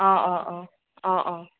অ' অ' অ' অ' অ'